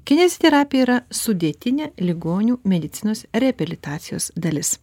kineziterapija yra sudėtinė ligonių medicinos reabilitacijos dalis